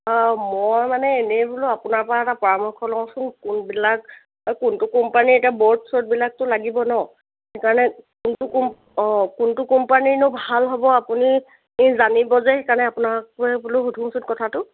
মই মানে এনেই বোলো আপোনাৰপৰা এটা পৰামৰ্শ লওঁচোন কোনবিলাক কোনটো কোম্পানীৰ এতিয়া বৰ্ড চৰ্ডবিলাকটো লাগিব ন সেইকাৰণে কোনটো অঁ কোনটো কোম্পানীৰনো ভাল হ'ব আপুনি এই জানিব যে সেইকাৰণে আপোনাকে বোলো সোধোচোন কথাটো